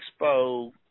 Expo